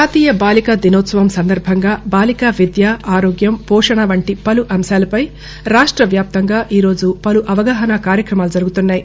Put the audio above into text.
జాతీయ బాలిక దినోత్సవం సందర్బంగా బాలిక విద్య ఆరోగ్యం పోషణ వంటి పలు అంశాలపై రాష్ట్రవ్యాప్తంగా ఈ రోజు పలు అవగాహన కార్యక్రమాలు జరుగుతున్నాయి